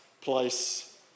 place